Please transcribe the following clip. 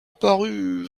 parut